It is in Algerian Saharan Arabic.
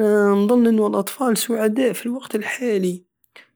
انا نضن انو الاطفال سعداء في الوقت الحالي